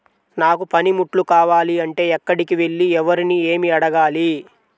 నాకు పనిముట్లు కావాలి అంటే ఎక్కడికి వెళ్లి ఎవరిని ఏమి అడగాలి?